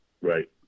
Right